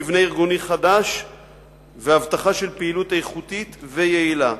מבנה ארגוני חדש והבטחה של פעילות איכותית ויעילה.